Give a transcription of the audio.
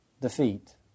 defeat